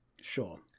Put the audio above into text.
Sure